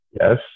Yes